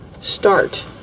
start